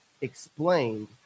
explained